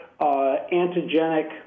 antigenic